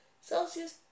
Celsius